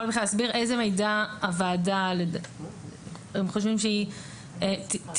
להסביר איזה מידע הם חושבים שהוועדה תרצה,